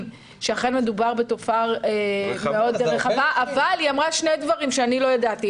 שאכן מדובר בתופעה מאוד רחבה אבל היא אמרה שיש שני מקרים: